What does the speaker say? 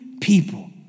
people